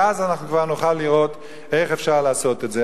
ואז אנחנו כבר נוכל לראות איך אפשר לעשות את זה.